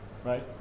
right